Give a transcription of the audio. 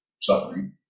suffering